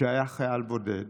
שהיה חייל בודד